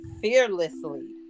fearlessly